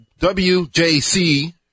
WJC